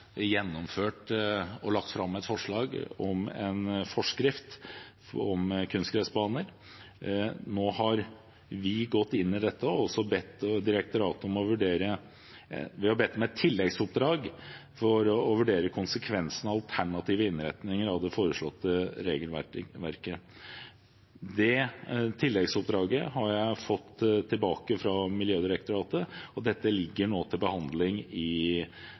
vi gått inn i dette og bedt direktoratet om et tilleggsoppdrag for å vurdere konsekvensene av alternative innretninger av det foreslåtte regelverket. Den tilleggsutredningen har jeg fått tilbake fra Miljødirektoratet, og dette ligger nå til behandling i